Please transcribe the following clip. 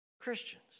Christians